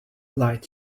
light